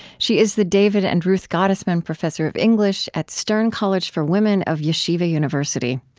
she is the david and ruth gottesman professor of english at stern college for women of yeshiva university.